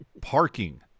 parking